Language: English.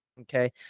Okay